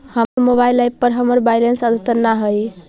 हमर mobile app पर हमर बैलेंस अद्यतन ना हई